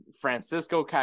Francisco